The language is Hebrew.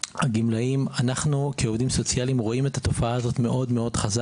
הגמלאים אנחנו כעובדים סוציאליים רואים את התופעה הזאת מאוד ברור.